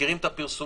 מכירים את הפרסומים,